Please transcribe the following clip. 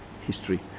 history